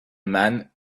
man